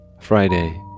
Friday